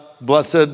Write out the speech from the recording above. blessed